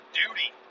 duty